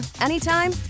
anytime